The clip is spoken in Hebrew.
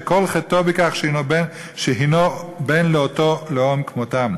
שכל חטאו בכך שאינו בן לאותו לאום כמותם.